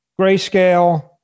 Grayscale